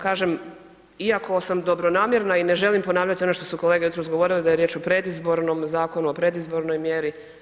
Kažem, iako sam dobronamjerna i ne želim ponavljati ono što su kolege jutros govorili da je riječ o predizbornom, Zakonu o predizbornoj mjeri.